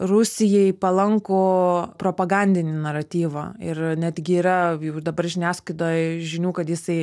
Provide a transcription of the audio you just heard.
rusijai palankų propagandinį naratyvą ir netgi yra jau dabar žiniasklaidoj žinių kad jisai